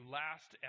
last